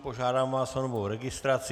Požádám vás o novou registraci.